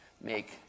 make